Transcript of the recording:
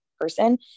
person